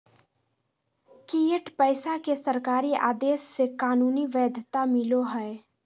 fiat पैसा के सरकारी आदेश से कानूनी वैध्यता मिलो हय